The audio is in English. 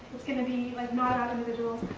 it's going to be like, not about individuals,